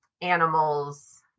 animals